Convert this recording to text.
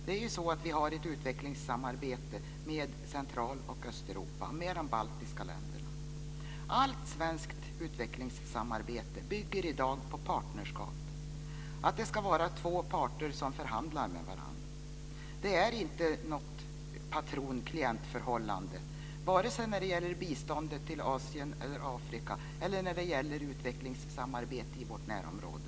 Vi har ju ett utvecklingssamarbete med Central och Östeuropa och med de baltiska länderna. Allt svenskt utvecklingssamarbete bygger i dag på partnerskap, att det ska vara två parter som förhandlar med varandra. Det är inte något patronklient-förhållande, vare sig när det gäller biståndet till Asien eller Afrika eller när det gäller utvecklingssamarbetet i vårt närområde.